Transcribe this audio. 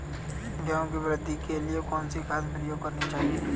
गेहूँ की वृद्धि के लिए कौनसी खाद प्रयोग करनी चाहिए?